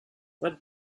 what